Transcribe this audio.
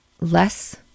less